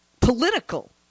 political